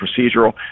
procedural